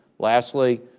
lastly,